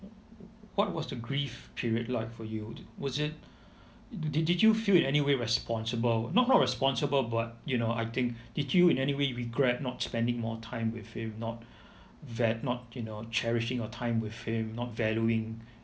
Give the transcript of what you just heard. what was the grief period like for you was it did did you feel any way responsible not not responsible but you know I think did you in any way regret not spending more time with him not va~ not you know cherishing your time with him not valuing